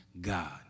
God